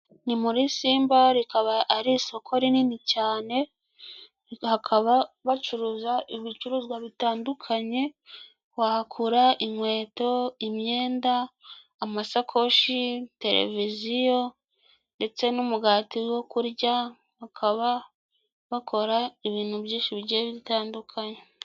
Ni muri Simba rikaba ari isoko rinini cyane, akaba bacuruza ibicuruzwa bitandukanye, wahakura inkweto, imyenda, amasakoshi, televiziyo ndetse n'umugati wo kurya, bakaba bakora ibintu byinshi bigenda bitandukanye.